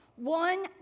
one